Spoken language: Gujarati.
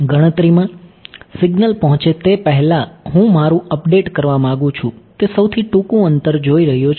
ગણતરીમાં સિગ્નલ પહોંચે તે પહેલાં હું મારું અપડેટ કરવા માગું છું તે સૌથી ટૂંકું અંતર જોઈ રહ્યો છું